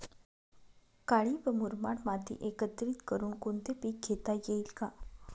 काळी व मुरमाड माती एकत्रित करुन कोणते पीक घेता येईल का?